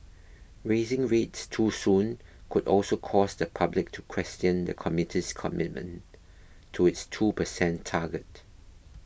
raising rates too soon could also cause the public to question the committee's commitment to its two percent target